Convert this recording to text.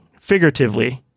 figuratively